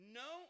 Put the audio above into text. no